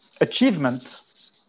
achievement